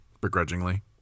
begrudgingly